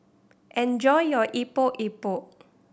enjoy your Epok Epok